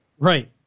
Right